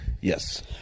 Yes